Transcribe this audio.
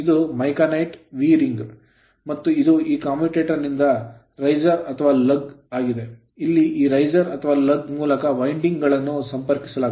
ಇದು Micanite vee ring micanite vee ring ಮತ್ತು ಇದು ಈ commutator ಕಮ್ಯೂಟೇಟರ್ ನಿಂದ riser ರೈಸರ್ ಅಥವಾ lug ಲಗ್ ಆಗಿದೆ ಇಲ್ಲಿ ಈ riser ರೈಸರ್ ಅಥವಾ lug ಲಗ್ ಮೂಲಕ winding ವೈಂಡಿಂಗ್ ಗಳನ್ನು ಸಂಪರ್ಕಿಸಲಾಗುತ್ತದೆ